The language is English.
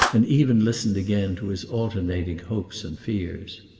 and even listened again to his alternating hopes and fears.